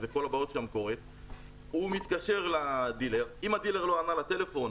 הוא מתקשר לדילר, אם הדילר לא ענה לטלפון